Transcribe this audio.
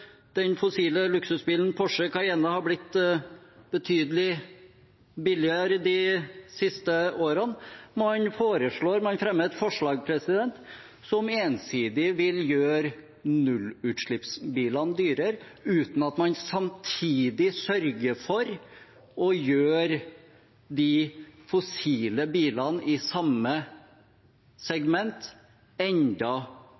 den fossile luksusbilen Porsche Cayenne har blitt betydelig billigere de siste årene. Man fremmer et forslag som ensidig vil gjøre nullutslippsbilene dyrere, uten at man samtidig sørger for å gjøre de fossile bilene i samme